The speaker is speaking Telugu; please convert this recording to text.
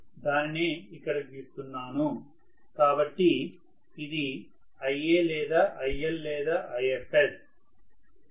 దానినే ఇక్కడ గీస్తున్నాము కాబట్టి ఇది Ia లేదా IL లేదా Ifs